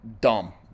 dumb